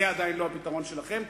זה עדיין לא הפתרון שלכם.